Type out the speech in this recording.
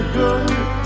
good